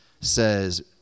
says